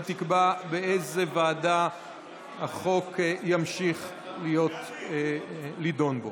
היא תקבע באיזו ועדה החוק ימשיך להיות נדון.